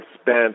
spent